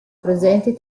presenti